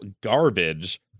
garbage